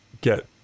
get